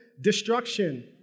destruction